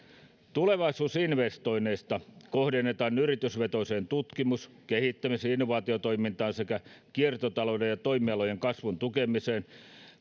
tulevaisuusinvestoinneista kohdennetaan yritysvetoiseen tutkimus kehittämis ja innovaatiotoimintaan sekä kiertotalouden ja toimialojen kasvun tukemiseen